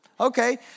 Okay